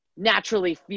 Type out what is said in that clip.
Naturally